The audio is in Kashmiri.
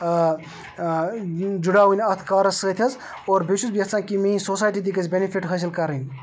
جُڑاوٕنۍ اَتھ کارَس سۭتۍ حظ اور بیٚیہِ چھُس بہٕ یَژھان کہ میٛٲنۍ سوسایٹی تہِ گژھِ بٮ۪نِفِٹ حٲصِل کَرٕنۍ